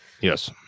Yes